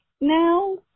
now